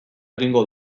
egingo